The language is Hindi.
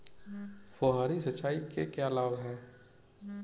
फुहारी सिंचाई के क्या लाभ हैं?